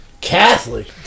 Catholic